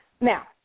Now